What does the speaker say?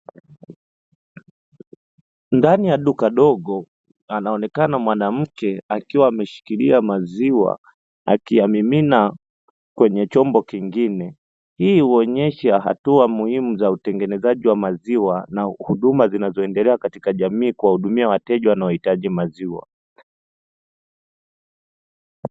Ndani ya duka dogo, anaonekana mwanamke akiwa ameshikilia maziwa, akiyamimina kwenye chombo kingine .Hii huonesha hatua muhimu za utengenezaji wa maziwa na huduma zinazoendelea katika jamii kuwahudumia wateja wanaohitaji maziwa.